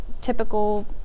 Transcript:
typical